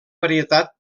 varietat